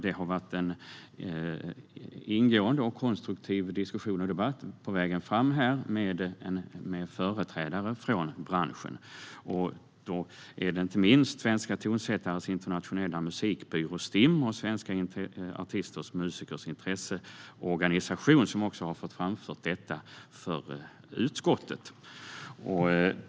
Det har varit en ingående och konstruktiv diskussion och debatt med företrädare från branschen på vägen fram, något som inte minst Svenska tonsättares internationella musikbyrå, Stim, och Svenska artisters och musikers intresseorganisation, Sami, också har framfört till utskottet.